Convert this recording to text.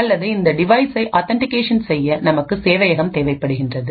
அல்லது இந்த டிவைசை ஆத்தன்டிகேஷன் செய்ய நமக்கு சேவையகம் தேவைப்படுகின்றது